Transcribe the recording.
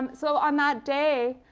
so on that day,